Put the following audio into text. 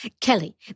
Kelly